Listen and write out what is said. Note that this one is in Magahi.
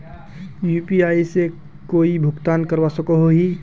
यु.पी.आई से कोई भी भुगतान करवा सकोहो ही?